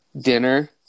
dinner